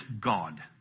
God